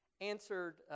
answered